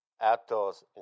outdoors